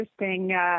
interesting